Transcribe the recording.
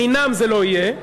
חינם זה לא יהיה.